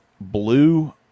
blue